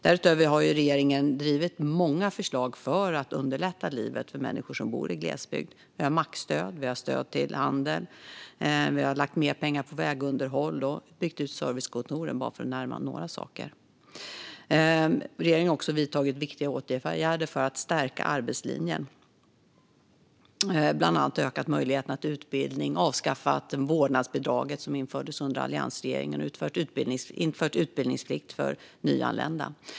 Därutöver har regeringen drivit många förslag för att underlätta livet för människor som bor i glesbygd. Vi har maxstöd, vi har stöd till handeln, vi har lagt mer pengar på vägunderhåll och byggt ut servicekontoren, bara för att nämna några saker. Regeringen har också vidtagit viktiga åtgärder för att stärka arbetslinjen, bland annat ökat möjligheterna till utbildning, avskaffat vårdnadsbidraget, som infördes under alliansregeringen, och infört utbildningsplikt för nyanlända.